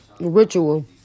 ritual